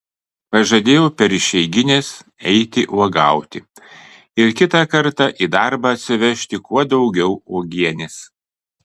pažadėjau per išeigines eiti uogauti ir kitą kartą į darbą atsivežti kuo daugiau uogienės